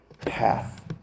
path